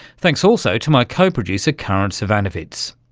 thanks also to my co-producer karin zsivanovits.